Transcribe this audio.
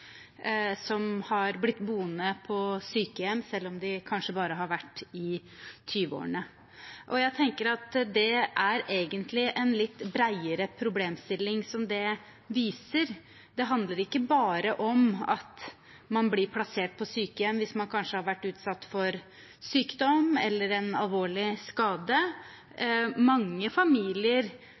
som har blitt boende på sykehjem selv om de kanskje bare har vært i 20-årene. Jeg tenker at det egentlig viser en litt bredere problemstilling. Det handler ikke bare om at man blir plassert på sykehjem hvis man har vært utsatt for sykdom eller en alvorlig skade. Mange familier